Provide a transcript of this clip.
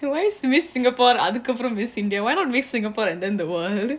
why why miss singapore அதுக்குஅப்பறம்: adhukku appuram miss india why not miss singapore and then the world